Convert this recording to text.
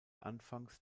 anfangs